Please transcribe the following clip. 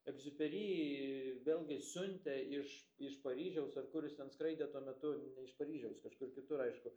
egziuperi vėlgi siuntė iš iš paryžiaus ar kur jis ten skraidė tuo metu ne iš paryžiaus kažkur kitur aišku